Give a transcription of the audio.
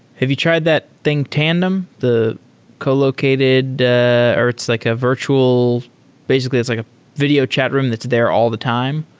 have you tried that thing tandem, the co-located or it's like a virtual basically, it's like a video chat room that's there all the time.